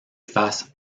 faces